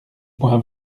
point